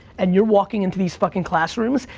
and you're walking into these fucking classrooms,